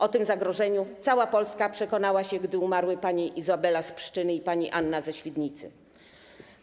O tym zagrożeniu cała Polska przekonała się, gdy umarły panie Izabela z Pszczyny i Anna ze Świdnicy.